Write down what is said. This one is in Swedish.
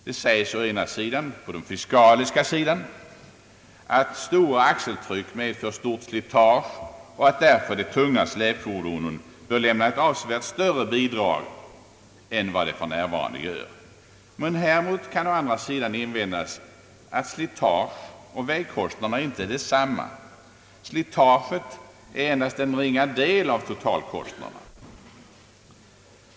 Det sägs å ena sidan, den fiskaliska, att stora axeltryck medför stort slitage och att därför de tunga släpfordonen bör lämna ett avsevärt större bidrag än vad de för närvarande gör. Häremot kan å andra sidan invändas att slitage och vägkostnader inte är detsamma. Slitaget är endast en ringa del av totalkostnaderna.